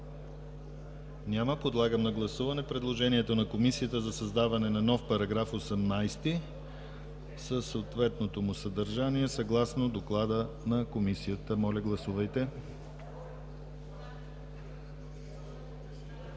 Няма. Подлагам на гласуване предложението на Комисията за създаване на нов § 18 със съответното му съдържание, съгласно доклада на Комисията. Гласували